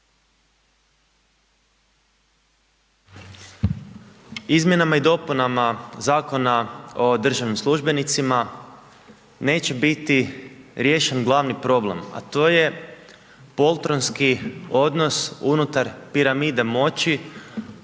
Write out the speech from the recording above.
Izmjenama i dopunama Zakon o državnim službenicima neće biti riješen glavni problem, a to je poltronski odnos unutar piramide moći